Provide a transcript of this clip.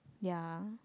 ya